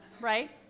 right